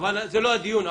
אבל זה לא הדיון.